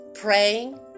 praying